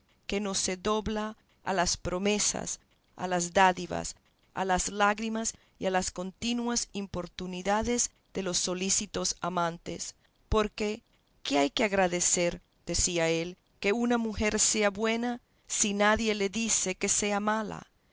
que no se dobla a las promesas a las dádivas a las lágrimas y a las continuas importunidades de los solícitos amantes porque qué hay que agradecer decía él que una mujer sea buena si nadie le dice que sea mala